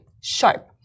sharp